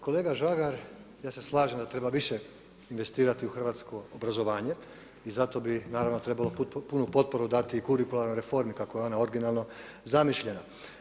Kolega Žagar, ja se slažem da treba više investirati u hrvatsko obrazovanje i zato bi naravno trebalo punu potporu dati i kurikularnoj reformi kako je ona originalno zamišljena.